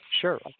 Sure